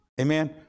Amen